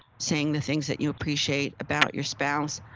saying the things that you appreciate about your spouse,